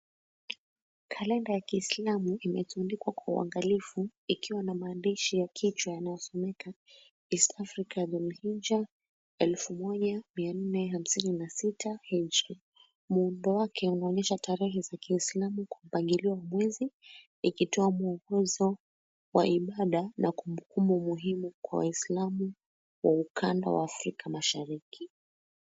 Kalenda ya kiislamu imezungukwa kwa uangalifu ikiwa na maandishi ya kichwa yanasomeka East African Region elfu moja mia nne hamsini na sita. Muundo wake ameonyesha tarehe za kiislamu kupangiliwa mwezi ikitoa mwongozo wa ibada na kumbukumbu muhimu kwa waislamu wa ukanda wa Afrika Mashariki.